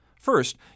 First